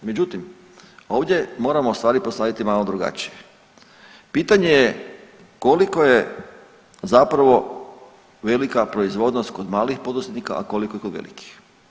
Međutim, ovdje moramo stvari postaviti malo drugačije, pitanje je koliko je zapravo velika proizvodnost kod malih poduzetnika, a koliko je kod velikih.